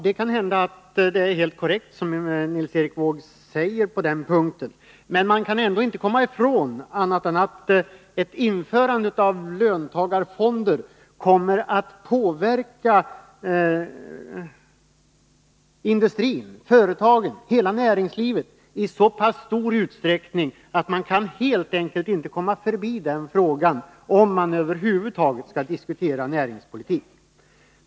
Det kan hända att det som Nils Erik Wååg på denna punkt säger är helt korrekt, men man kan ändå inte komma ifrån att ett införande av löntagarfonder kommer att påverka industrin, företagen, ja hela näringslivet i så stor utsträckning att man helt enkelt inte kan gå förbi den frågan om man över huvud taget skall diskutera näringspolitik.